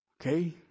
Okay